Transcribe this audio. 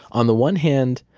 on the one hand,